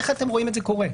איך אתם רואים את זה קורה?